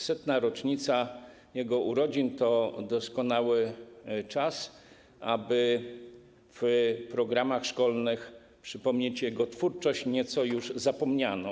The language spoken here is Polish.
100. rocznica jego urodzin to doskonały czas, aby w programach szkolnych przypomnieć jego twórczość, nieco już zapomnianą.